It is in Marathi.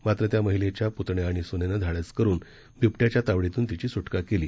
मात्रत्यामहिलेच्यापुतण्याआणिसुनेनंधाडसकरूनबिबट्याच्यातावडीतूनतिचीसुटकाकेली